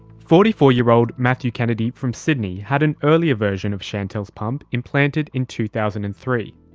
forty four year old mathew kennedy from sydney had an earlier version of chantelle's pump implanted in two thousand and three.